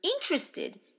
interested